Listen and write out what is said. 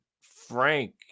Frank